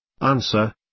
Answer